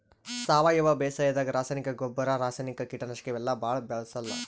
ಸಾವಯವ ಬೇಸಾಯಾದಾಗ ರಾಸಾಯನಿಕ್ ಗೊಬ್ಬರ್, ರಾಸಾಯನಿಕ್ ಕೀಟನಾಶಕ್ ಇವೆಲ್ಲಾ ಭಾಳ್ ಬಳ್ಸಲ್ಲ್